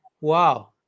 wow